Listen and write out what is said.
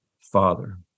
father